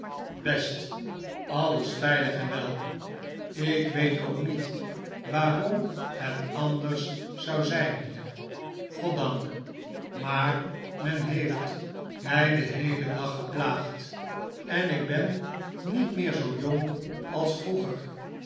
best alles veilig en wel ik weet ook niet waarom het anders zou zijn hier goddank maar men heeft mij den heelen daggeplaagd en ik ben niet meer zoo jong als vroeger